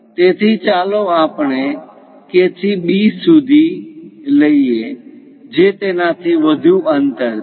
તેથી ચાલો આપણે K થી B સુધી લઈએ જે તેનાથી વધુ અંતર છે